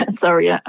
sorry